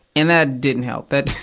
and that didn't help. that,